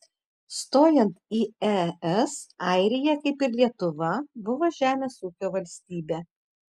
stojant į es airija kaip ir lietuva buvo žemės ūkio valstybė